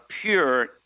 pure